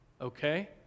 Okay